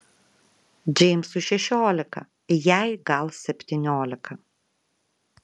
džeimsui šešiolika jai gal septyniolika